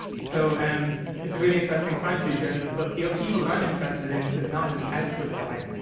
so um it's a really interesting time to be a journalist, but the upheaval that i'm interested in is not on and the output side.